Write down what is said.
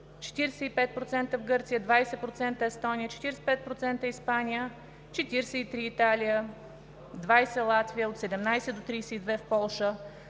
45% в Гърция, 20% в Естония, 45% в Испания, 43% в Италия, 20% в Латвия, от 17 до 32% в Полша,